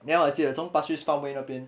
then 我记得从 pasir ris farm way 那边